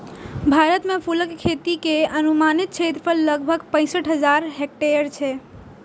भारत मे फूलक खेती के अनुमानित क्षेत्रफल लगभग पैंसठ हजार हेक्टेयर छै